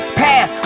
pass